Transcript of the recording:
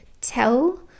tell